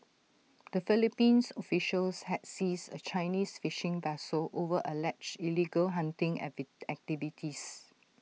the Philippines officials had seized A Chinese fishing vessel over alleged illegal hunting activities